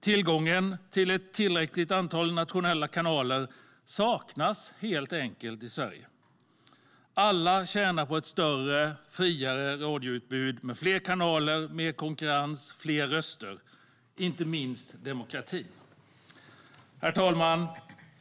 Tillgången till ett tillräckligt antal nationella kanaler saknas helt enkelt i Sverige. Alla tjänar på ett större och friare radioutbud med fler kanaler, mer konkurrens och fler röster, inte minst demokratin. Herr talman!